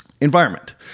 environment